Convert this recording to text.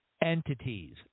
entities